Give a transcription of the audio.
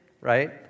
right